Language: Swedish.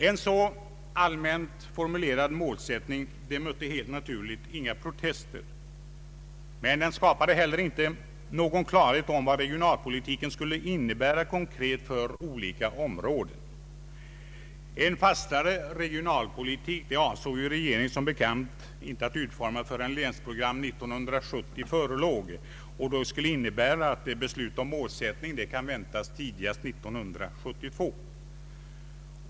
En så allmänt formulerad målsättning mötte helt naturligt inga protester, men den skapade inte heller någon klarhet om vad regionalpolitiken skulle innebära konkret för olika områden. En fastare regionalpolitik avsåg regeringen som bekant inte att utforma förrän länsprogram 1970 förelåg, och det skulle innebära att beslut om målsättning kan väntas tidigast 1972.